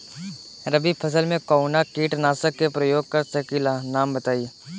रबी फसल में कवनो कीटनाशक के परयोग कर सकी ला नाम बताईं?